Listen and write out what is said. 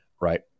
right